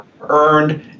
earned